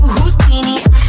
Houdini